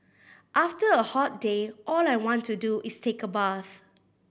after a hot day all I want to do is take a bath